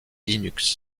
linux